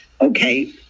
okay